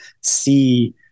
see